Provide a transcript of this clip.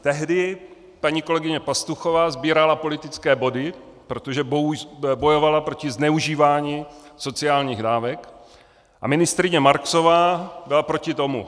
Tehdy paní kolegyně Pastuchová sbírala politické body, protože bojovala proti zneužívání sociálních dávek, a ministryně Marksová byla proti tomu.